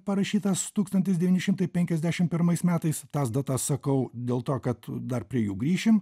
parašytas tūkstantis devyni šimtai penkiasdešim pirmais metais tas datas sakau dėl to kad dar prie jų grįšim